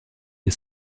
est